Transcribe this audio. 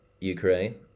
Ukraine